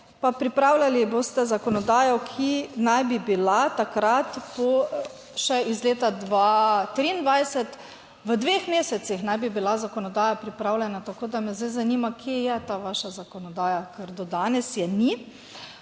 pripravljali boste zakonodajo, ki naj bi bila takrat po še iz leta 2023, v dveh mesecih naj bi bila zakonodaja pripravljena. Tako da me zdaj zanima, kje je ta vaša zakonodaja, ker do danes je ni.